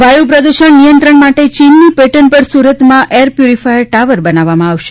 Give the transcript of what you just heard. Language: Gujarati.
વાયુ પ્રદૂષણ નિયંત્રણ માટે ચીનની પેટર્ન પર સુરતમાં એર પ્યોરિફાયર ટાવર બનાવવામાં આવશે